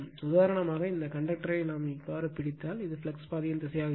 உதாரணமாக இந்த கண்டக்டரை பிடித்தால் இது ஃப்ளக்ஸ் பாதையின் திசையாக இருக்கும்